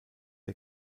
der